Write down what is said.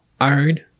iron